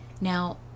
Now